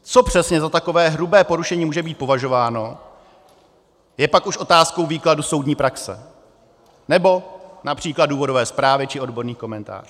Co přesně za takové hrubé porušení může být považováno, je pak už otázkou výkladu soudní praxe nebo např. důvodové zprávy či odborných komentářů.